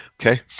Okay